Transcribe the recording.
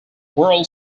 world